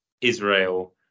Israel